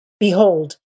Behold